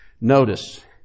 Notice